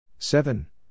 Seven